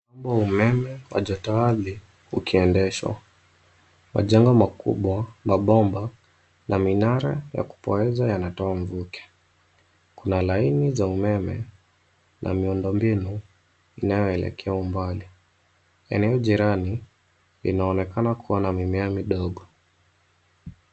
Mtambo wa umeme wa joto ardhi ukiendeshwa. Majengo makubwa, mabomba na minara ya kupoeza yanatoa mvuke. Kuna laini za umeme na miundo mbinu inayoelekea umbali. Eneo jirani linaonekana kuwa na mimea midogo.